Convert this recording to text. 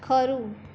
ખરું